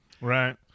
Right